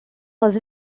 was